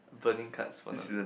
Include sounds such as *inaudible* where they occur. burning cards for *noise*